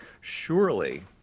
Surely